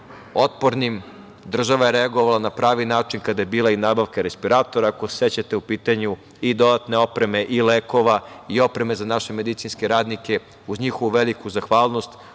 Država je reagovala na pravi način kada je bila i nabavka respiratora, ako se sećate, u pitanju i dodatne opreme i lekova i opreme za naše medicinske radnike, uz njihovu veliku zahvalnost